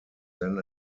then